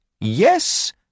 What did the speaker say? Yes